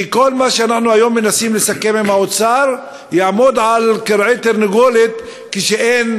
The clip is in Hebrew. כי כל מה שאנחנו היום מנסים לסכם עם האוצר יעמוד על כרעי תרנגולת כשאין